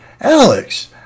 Alex